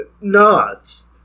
nuts